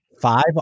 Five